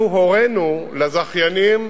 אנחנו הורינו לזכיינים,